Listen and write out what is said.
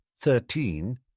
thirteen